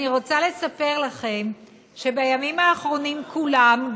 אני רוצה לספר לכם שבימים האחרונים כולם,